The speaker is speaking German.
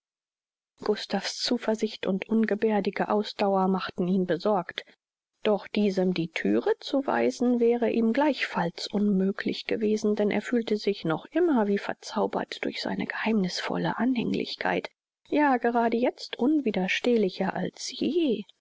gustav's zuversicht und ungeberdige ausdauer machten ihn besorgt doch diesem die thüre zu weisen wäre ihm gleichfalls unmöglich gewesen denn er fühlte sich noch immer wie verzaubert durch seine geheimnißvolle anhänglichkeit ja gerade jetzt unwiderstehlicher als je